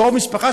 קרוב משפחה,